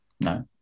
No